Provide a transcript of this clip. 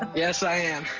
yes, i am